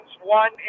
One